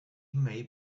may